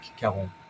Caron